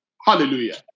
Hallelujah